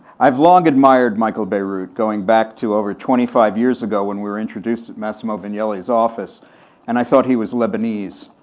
i've long admired michael bierut, going back to over twenty five years ago when we were introduced at massimo vignelli's office and i thought he was lebanese,